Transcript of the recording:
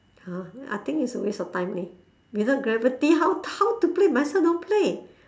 !huh! I think it's a waste of time leh without gravity how how to play might as well don't play